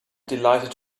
delighted